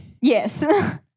Yes